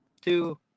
two